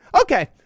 Okay